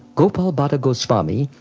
gopal bhatta goswami,